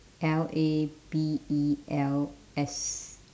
L A B E L S